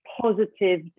positive